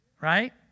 Right